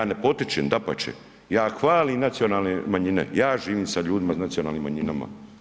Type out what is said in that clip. Ja ne potičem, dapače, ja hvalim nacionalne manjine, ja živim sa ljudima, s nacionalnim manjinama.